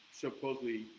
supposedly